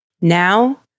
Now